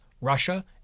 Russia